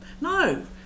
no